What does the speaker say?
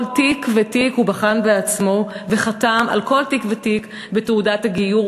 כל תיק ותיק הוא בחן בעצמו וחתם על כל תיק ותיק בתעודת הגיור,